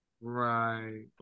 right